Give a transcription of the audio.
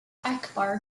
akbar